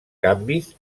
canvis